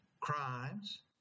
crimes